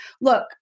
look